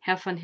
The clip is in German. herr von